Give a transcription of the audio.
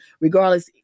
regardless